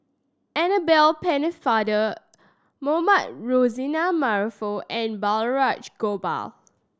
Annabel Pennefather Mohamed Rozani Maarof and Balraj Gopal